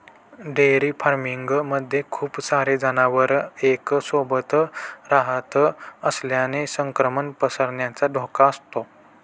dairy farming मध्ये खूप सारे जनावर एक सोबत रहात असल्याने संक्रमण पसरण्याचा धोका असतो